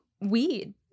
weed